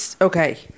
okay